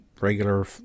regular